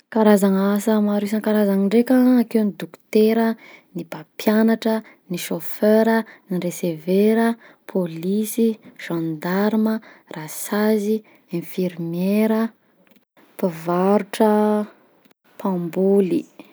Karazagn'asa maro isan-karazany ndraika: akeo ny dokotera, ny mpampianatra, ny chauffer a, ny receveur a, pôlisy, gendarma, rasazy, infirmiera, mpivaotra, mpamboly.